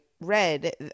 read